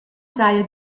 s’haja